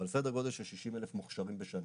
אבל סדר גודל של 60,000 מוכשרים בשנה.